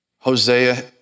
Hosea